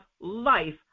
life